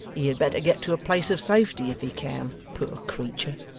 he had better get to a place of safety if he can, poor creature